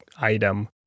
item